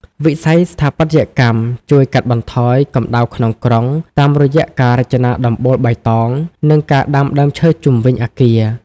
វិស័យស្ថាបត្យកម្មជួយកាត់បន្ថយ "កម្តៅក្នុងក្រុង" តាមរយៈការរចនាដំបូលបៃតង និងការដាំដើមឈើជុំវិញអគារ។